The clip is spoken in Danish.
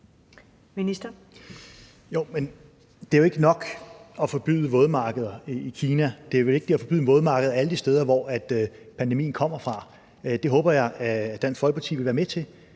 det er jo ikke nok at forbyde vådmarkeder i Kina. Det er vigtigt at forbyde vådmarkeder alle de steder, hvor pandemien kommer fra. Det håber jeg at Dansk Folkeparti vil være med til.